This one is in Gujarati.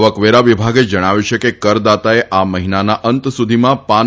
આવકવેરા વિભાગે જણાવ્યું છે કે કરદાતાએ આ મહિનાના અંત સુધીમાં પાન